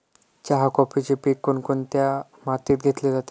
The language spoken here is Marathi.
चहा, कॉफीचे पीक कोणत्या मातीत घेतले जाते?